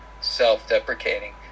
self-deprecating